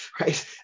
right